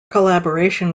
collaboration